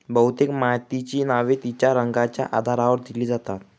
बहुतेक मातीची नावे तिच्या रंगाच्या आधारावर दिली जातात